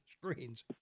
screens